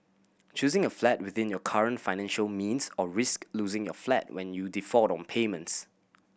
choosing a flat within your current financial means or risk losing your flat when you default on payments